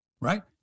Right